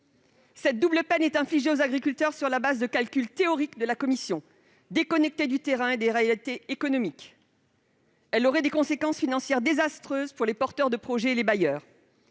Cette double peine est infligée aux agriculteurs sur la base de calculs théoriques de la CRE, déconnectés du terrain et des réalités économiques. Elle aurait des conséquences financières désastreuses pour les porteurs de projets et les bailleurs.